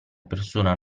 persona